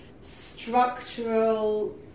structural